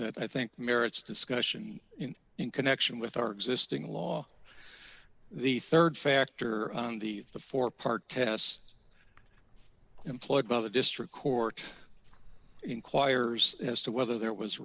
that i think merits discussion in connection with our existing law the rd factor on the the four part test employed by the district court inquires as to whether there was